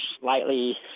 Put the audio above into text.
slightly